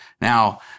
Now